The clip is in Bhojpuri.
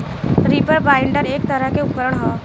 रीपर बाइंडर एक तरह के उपकरण ह